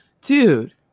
dude